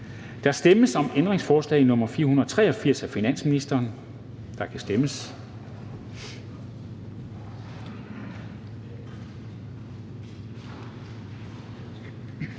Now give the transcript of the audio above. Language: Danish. Der stemmes om ændringsforslag nr. 483 af finansministeren, og der kan stemmes.